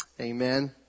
Amen